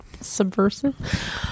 subversive